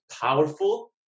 powerful